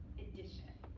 addition.